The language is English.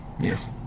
Yes